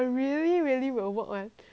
then 我自己画 right